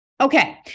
Okay